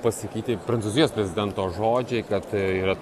pasakyti prancūzijos prezidento žodžiai kad yra